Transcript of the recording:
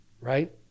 right